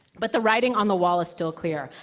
but the writing on the wall is still clear,